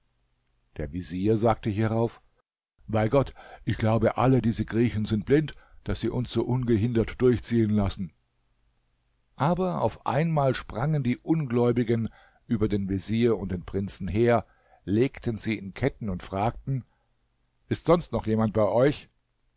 der vezier sagte hierauf bei gott ich glaube alle diese griechen sind blind daß sie uns so ungehindert durchziehen lassen aber auf einmal sprangen die ungläubigen über den vezier und den prinzen her legten sie in ketten und fragten ist noch sonst jemand bei euch